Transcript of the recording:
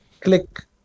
click